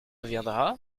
viendra